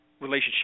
relationship